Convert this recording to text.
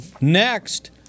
Next